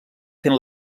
fent